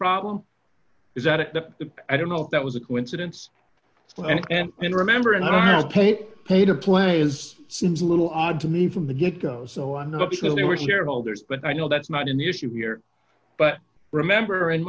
problem is that the i don't know if that was a coincidence and and remember enough to pay to play is seems a little odd to me from the get go so i know because they were shareholders but i know that's not an issue here but remember and